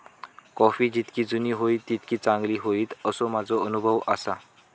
coffee जितकी जुनी होईत तितकी चांगली होईत, असो माझो अनुभव आसा